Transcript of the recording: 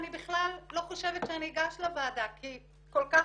אני בכלל לא חושבת שאגש לוועדה כי כל כך